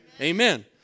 Amen